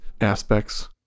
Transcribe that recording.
aspects